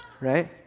right